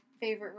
favorite